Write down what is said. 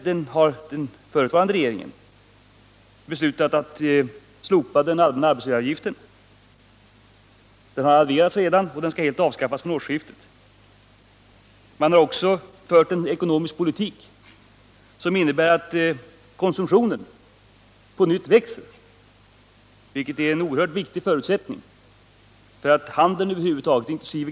Den förutvarande regeringen beslöt t.ex. att slopa den allmänna arbetsgivaravgiften. Regeringen har också fört en ekonomisk politik som innebär att konsumtionen på nytt börjat öka, vilket är en oerhört viktig förutsättning för att handeln över huvud taget — alltså inkl.